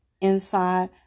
inside